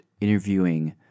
interviewing